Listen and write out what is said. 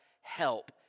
Help